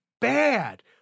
bad